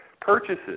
purchases